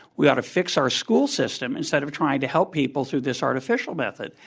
we ought to fix our school system instead of trying to help people through this artificial method.